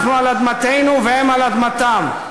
אנחנו על אדמתנו והם על אדמתם.